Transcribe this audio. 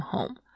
Home